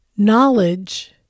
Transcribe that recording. knowledge